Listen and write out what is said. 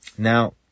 Now